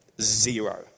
Zero